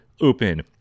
open